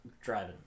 driving